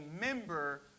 member